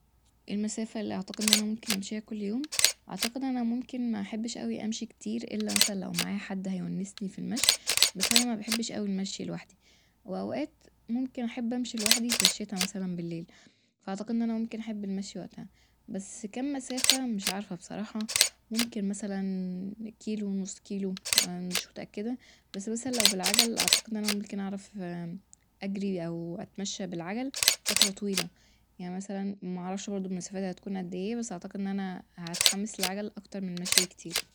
المسافة اللي أعتقد إن أنا ممكن أمشيها كل يوم أعتقد أنا ممكن محبش أوي أمشي كتير إلا مثلا لو معايا حد هيونسني ف المشي بس أنا مبحبش أوي المشي لوحدي ، وأوقات ممكن أحب أمشي لوحدي ف الشتا مثلا بالليل فأعتقد إن أنا ممكن أحب المشي وقتها بس كام مسافة مش عارفه بصراحة ممكن مثلا كيلو ونص كيلو أنا مش متأكدة بس مثلا لو بالعجل أعتقد إن أنا ممكن أعرف أجري أو اتمشى بالعجل فترة طويلة يعني مثلا معرفش برضه المسافات هتكون قد ايه بس أعتقد إن أنا هتحمس للعجل أكتر من المشي بكتير